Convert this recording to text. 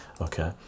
Okay